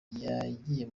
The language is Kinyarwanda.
yagiye